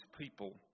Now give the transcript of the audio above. people